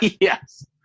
Yes